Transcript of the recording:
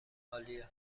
عالیه